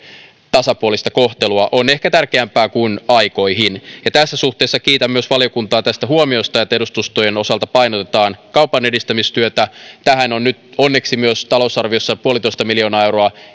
tasapuolista kohtelua on ehkä tärkeämpää kuin aikoihin tässä suhteessa kiitän myös valiokuntaa huomiosta että edustustojen osalta painotetaan kaupan edistämistyötä tähän on nyt onneksi myös talousarviossa puolitoista miljoonaa euroa